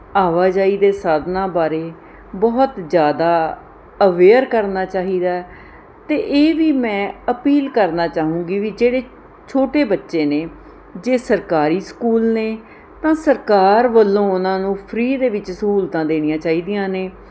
ਆਵਾਜਾਈ ਦੇ ਸਾਧਨਾਂ ਬਾਰੇ ਬਹੁਤ ਜ਼ਿਆਦਾ ਅਵੇਅਰ ਕਰਨਾ ਚਾਹੀਦਾ ਅਤੇ ਇਹ ਵੀ ਮੈਂ ਅਪੀਲ ਕਰਨਾ ਚਾਹੂੰਗੀ ਵੀ ਜਿਹੜੇ ਛੋਟੇ ਬੱਚੇ ਨੇ ਜੇ ਸਰਕਾਰੀ ਸਕੂਲ ਨੇ ਤਾਂ ਸਰਕਾਰ ਵੱਲੋਂ ਉਹਨਾਂ ਨੂੰ ਫ੍ਰੀ ਦੇ ਵਿੱਚ ਸਹੂਲਤਾਂ ਦੇਣੀਆਂ ਚਾਹੀਦੀਆਂ ਨੇ